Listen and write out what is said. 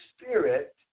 Spirit